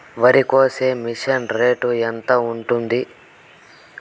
వరికోసే machine rate ఎంత ఉంటుంది?